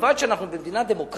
מלבד זה שאנחנו במדינה דמוקרטית,